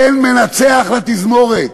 אין מנצח לתזמורת,